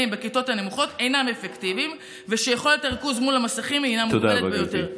בכיתות הנמוכות אינם אפקטיביים ושיכולת הריכוז מול המסכים מוגבלת ביותר.